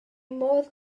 modd